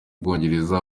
bwongereza